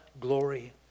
glory